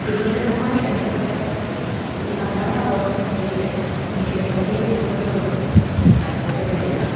തിരഞ്ഞെടുപ്പുമായി ബന്ധപ്പെട്ട ഒരു സാധാരണ വോട്ടർ എന്ന നിലയിൽ എനിക്ക് വലിയ ബുദ്ധിമുട്ടുകളൊന്നും അനുഭവപ്പെട്ടിട്ടില്ല